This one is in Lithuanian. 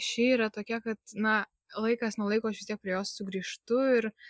ši yra tokia kad na laikas nuo laiko aš vis tiek prie jos sugrįžtu ir